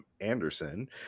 Anderson